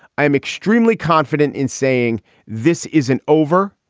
i am extremely confident in saying this isn't over.